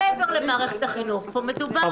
לא.